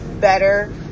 better